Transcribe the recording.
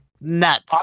nuts